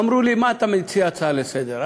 אמרו לי: מה אתה מציע הצעה לסדר-הום,